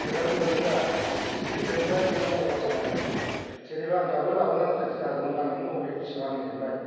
गोजान गोजान नङा जि हेबनाय बेयावनो महर जानांगोन जेनेबा आं दाबो लाबोनानै खोन्थिनो हागौमोन आंनियावनो दङ बे गिसिबा आंनो हेबनाय